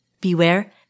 Beware